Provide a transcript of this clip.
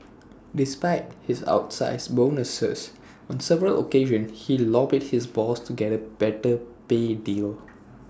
despite his outsize bonuses on several occasions he lobbied his boss to get A better pay deal